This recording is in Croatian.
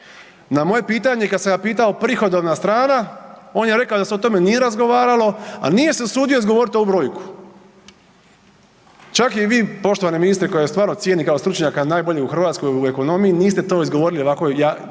na moje pitanje kad sam ga pitao prihodovna strana, on je rekao da se o tome nije razgovaralo, a nije se usudio izgovoriti ovu brojku. Čak i vi poštovani ministre kojeg vas stvarno cijenim kao stručnjaka najboljeg u Hrvatskoj u ekonomiji niste to izgovorili ovako